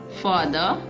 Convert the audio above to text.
father